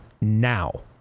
now